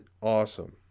awesome